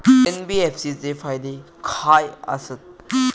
NBFC चे फायदे खाय आसत?